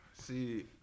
See